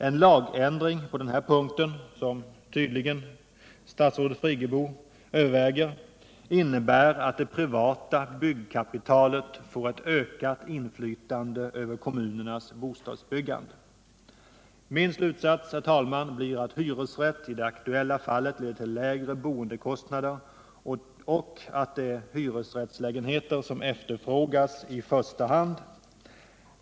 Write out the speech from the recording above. En lagändring på den här punkten, som statsrådet Friggebo tydligen överväger, innebär att det privata byggkapitalet får ett ökat inflytande över kommunernas bostadsbyggande. Min slutsats, herr talman, blir att hyresrätt i det aktuella fallet leder till lägre boendekostnader och att det är hyresrättslägenheter som efterfrågas i första hand.